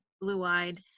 blue-eyed